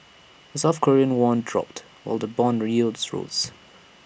the south Korean won dropped while the Bond yields rose